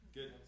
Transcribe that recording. Good